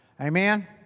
Amen